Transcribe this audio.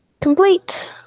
Complete